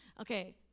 Okay